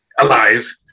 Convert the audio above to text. alive